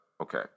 okay